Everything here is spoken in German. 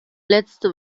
letzte